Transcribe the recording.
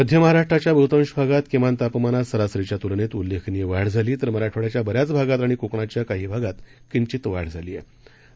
मध्यमहाराष्ट्राच्याबहुतांशभागातकिमानतापमानातसरासरीच्यातुलनेतउल्लेखनीयवाढझाली तरमराठवाड्याच्याबऱ्याचभागातआणिकोकणच्याकाहीभागातकिंचितवाढझालीआहे